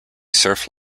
surf